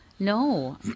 No